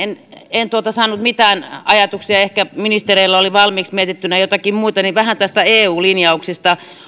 en saanut teiltä mitään ajatuksia ehkä ministereillä oli valmiiksi mietittynä jotakin muuta vähän näitä eu linjauksia